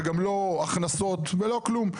ולגם לא הכנסות ולא כלום.